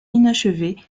inachevée